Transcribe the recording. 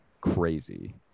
crazy